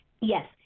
Yes